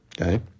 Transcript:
okay